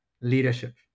leadership